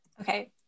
Okay